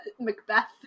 Macbeth